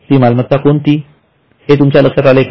ती मालमत्ता कोणती हे तुमच्या लक्षात आले का